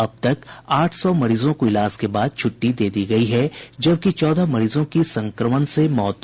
अब तक आठ सौ मरीजों को इलाज के बाद छूट्टी दे दी गयी है जबकि चौदह मरीजों की संक्रमण से मौत हुई है